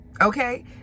okay